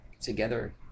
together